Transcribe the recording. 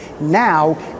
now